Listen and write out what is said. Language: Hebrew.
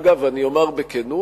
אגב, אני אומר בכנות,